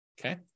Okay